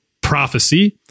prophecy